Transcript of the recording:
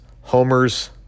homers